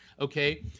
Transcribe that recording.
Okay